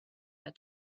her